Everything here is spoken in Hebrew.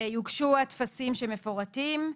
שיוגשו הטפסים שמפורטים,